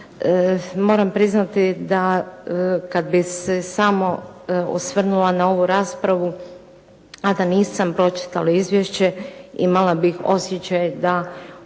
Moram priznati da kad bi se samo osvrnula na ovu raspravu, a da nisam pročitala izvješće, imala bih osjećaj da